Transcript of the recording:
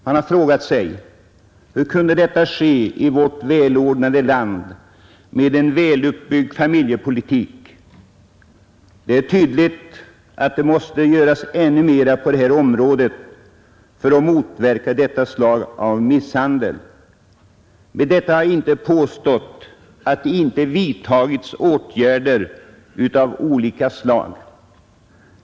Man har frågat sig: Hur kunde detta ske i vårt välordnade land med en väluppbyggd familjepolitik? Det är tydligt att det måste göras ännu mer på detta område för att motverka detta slag av misshandel. Med detta har jag inte påstått att det inte vidtagits åtgärder av olika slag.